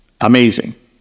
amazing